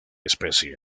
especie